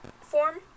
form